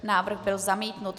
Návrh byl zamítnut.